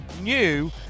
new